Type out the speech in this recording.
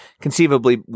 conceivably